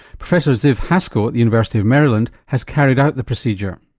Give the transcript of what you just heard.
professor ziv haskal at the university of maryland has carried out the procedure.